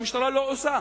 והמשטרה לא עושה.